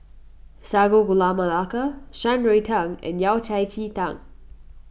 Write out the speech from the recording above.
Sago Gula Melaka Shan Rui Tang and Yao Cai Ji Tang